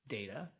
data